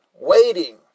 Waiting